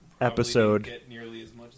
episode